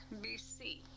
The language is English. BC